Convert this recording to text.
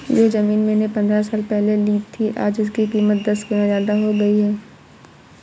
जो जमीन मैंने पंद्रह साल पहले ली थी, आज उसकी कीमत दस गुना जादा हो गई है